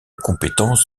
compétence